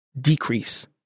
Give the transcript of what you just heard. decrease